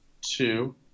Two